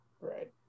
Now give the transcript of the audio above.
Right